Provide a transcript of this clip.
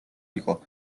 იყო